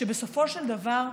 שבסופו של דבר,